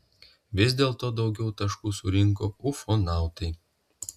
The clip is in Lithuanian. vis dėlto daugiau taškų surinko ufonautai